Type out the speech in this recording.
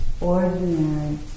ordinary